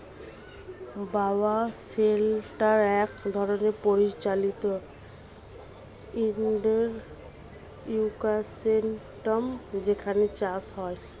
bio shelter এক ধরনের পরিচালিত ইন্ডোর ইকোসিস্টেম যেখানে চাষ হয়